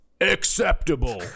acceptable